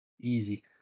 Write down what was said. Easy